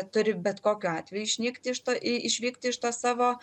turi bet kokiu atveju išnykti iš to išvykti iš to savo